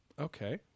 okay